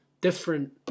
different